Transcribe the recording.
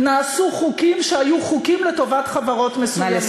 נעשו חוקים שהיו חוקים לטובת חברות מסוימות,